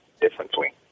differently